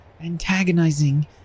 antagonizing